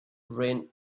ran